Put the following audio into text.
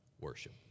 Worship